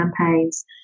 campaigns